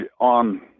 on